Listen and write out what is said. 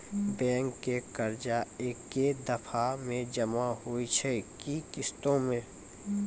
Bank के कर्जा ऐकै दफ़ा मे जमा होय छै कि किस्तो मे?